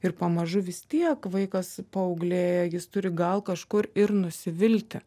ir pamažu vis tiek vaikas paauglė jis turi gal kažkur ir nusivilti